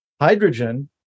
Hydrogen